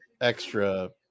extra